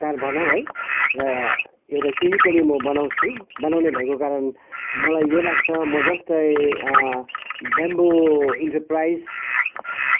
car भनौँ है र एउटा केही पनि म बनाउँछु बनाउने भएको कारण मलाई यो लाग्छ म जस्तै ब्याम्बो इन्टरप्राइस